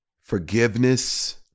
forgiveness